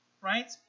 right